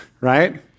right